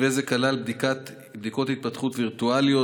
מתווה זה כלל בדיקות התפתחות וירטואליות,